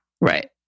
Right